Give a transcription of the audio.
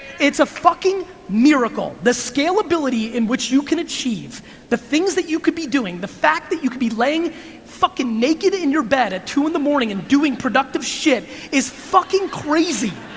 it's a fucking miracle, the scalability in which you can achieve, the things that you could be doing, the fact that you could be laying fucking naked in your bed at two in the morning and doing productive shit is fucking crazy.